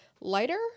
lighter